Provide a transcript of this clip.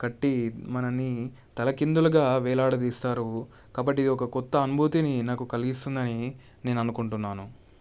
కట్టి మనని తలకిందులుగా వేలాడదీస్తారు కాబట్టి ఒక కొత్త అనుభూతిని నాకు కలిగిస్తుందని నేను అనుకుంటున్నాను